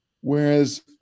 Whereas